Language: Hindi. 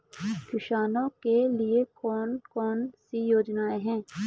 किसानों के लिए कौन कौन सी योजनाएं हैं?